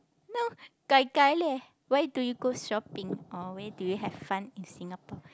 no gai-gai leh why do you shopping or where do you have fun in Singapore